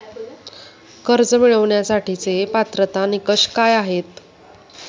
कर्ज मिळवण्यासाठीचे पात्रता निकष काय आहेत?